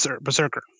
berserker